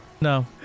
No